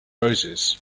roses